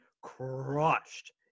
crushed